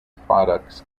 products